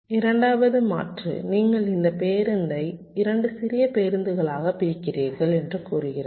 இரண்டாவது மாற்று நீங்கள் இந்த பேருந்தை 2 சிறிய பேருந்துகளாக பிரிக்கிறீர்கள் என்று கூறுகிறது